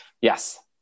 yes